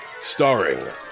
starring